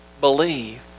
believe